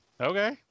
okay